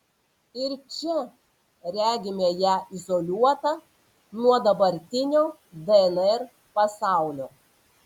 ir čia regime ją izoliuotą nuo dabartinio dnr pasaulio